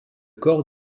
corps